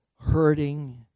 hurting